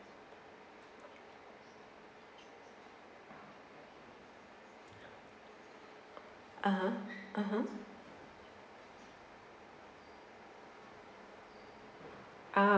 (uh huh) (uh huh) ah